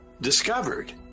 discovered